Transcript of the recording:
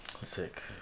Sick